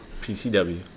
PCW